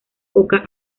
poca